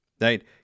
right